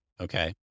okay